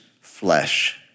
flesh